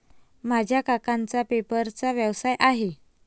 माझ्या काकांचा पेपरचा व्यवसाय आहे